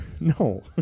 No